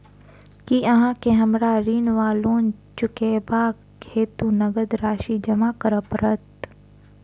की अहाँ केँ हमरा ऋण वा लोन चुकेबाक हेतु नगद राशि जमा करऽ पड़त?